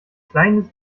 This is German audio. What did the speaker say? kleines